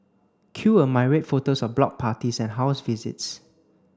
cue a myriad photos of block parties and house visits